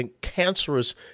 cancerous